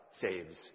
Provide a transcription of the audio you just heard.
saves